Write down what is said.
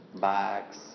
bags